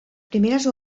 primeres